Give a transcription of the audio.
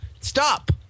stop